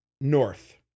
north